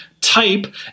type